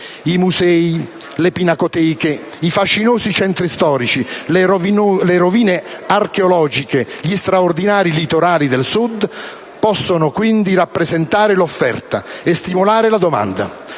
I musei, le pinacoteche, i fascinosi centri storici, le rovine archeologiche e gli straordinari litorali del Sud possono quindi rappresentare l'offerta e stimolare la domanda.